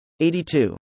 82